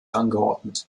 angeordnet